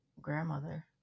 grandmother